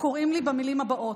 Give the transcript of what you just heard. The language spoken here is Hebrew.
לי במילים הבאות: